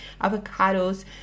avocados